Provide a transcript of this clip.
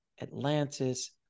atlantis